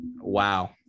wow